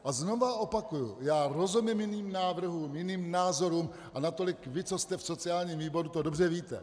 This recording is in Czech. A znovu opakuji, já rozumím jiným návrhům, jiným názorům, a natolik vy, co jste v sociálním výboru, to dobře víte.